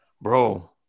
Bro